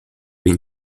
been